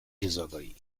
disagree